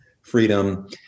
freedom